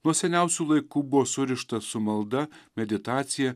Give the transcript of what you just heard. nuo seniausių laikų buvo surišta su malda meditacija